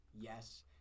yes